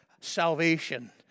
salvation